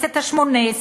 בכנסת ה-18,